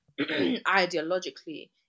ideologically